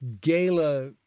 gala